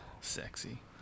Sexy